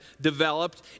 developed